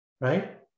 Right